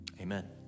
Amen